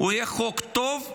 יהיה חוק טוב,